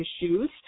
issues